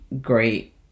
great